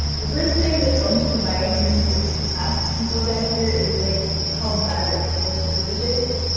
the first thing that comes to mind when you ask people that here is like how bad our internet service is.